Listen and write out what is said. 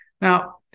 Now